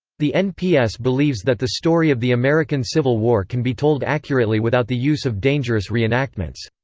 the nps believes that the story of the american civil war can be told accurately without the use of dangerous reenactments.